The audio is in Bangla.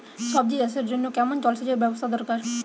সবজি চাষের জন্য কেমন জলসেচের ব্যাবস্থা দরকার?